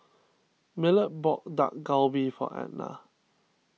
Millard bought Dak Galbi for Ednah